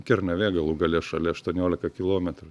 kernavė galu gale šalia aštuoniolika kilometrų